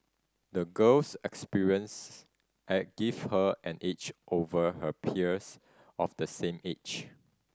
the girl's experiences have give her an edge over her peers of the same age